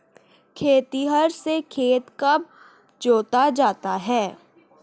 खेतिहर से खेत कब जोता जाता है?